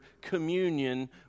communion